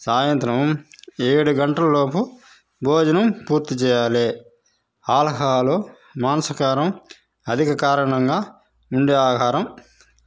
సాయంత్రం ఏడు గంటల లోపు భోజనం పూర్తి చేయాలి ఆల్కహాలు మాంసాహారం అధిక కారంగా ఉండే ఆహారం